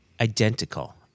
identical